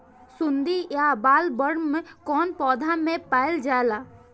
सुंडी या बॉलवर्म कौन पौधा में पाइल जाला?